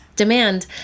demand